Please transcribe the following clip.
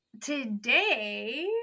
today